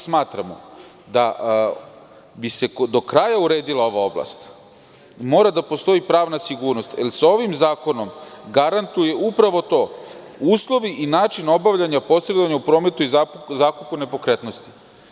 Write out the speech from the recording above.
Smatramo da bi se do kraja uredila ova oblast mora da postoji pravna sigurnost, jer se ovim zakonom garantuje upravo to, uslovi i način obavljanja posredovanja u prometu i zakupu nepokretnosti.